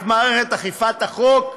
את מערכת אכיפת החוק?